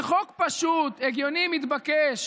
זה חוק פשוט, הגיוני, מתבקש.